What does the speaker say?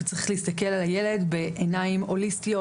שצריך להסתכל על הילד בעיניים הוליסטיות,